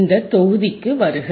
இந்த தொகுதிக்கு வருக